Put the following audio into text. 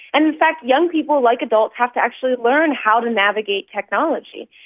and in fact young people, like adults, have to actually learn how to navigate technology.